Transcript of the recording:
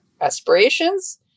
aspirations